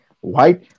white